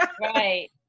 right